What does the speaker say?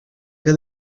que